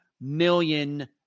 million